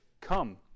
Come